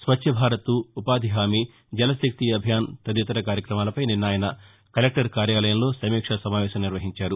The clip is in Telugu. స్వచ్చ భారత్ ఉపాధి హామీ జల్శక్తి అభియాన్ తదితర కార్యక్రమాలపై నిన్న ఆయన కలెక్టర్ కార్యాలయంలో సమీక్ష సమావేశం నిర్వహించారు